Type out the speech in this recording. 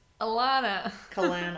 Kalana